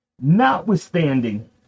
notwithstanding